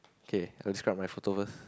K I describe my photo first